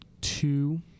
two